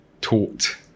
taught